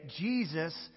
Jesus